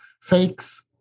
fakes